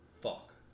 Fuck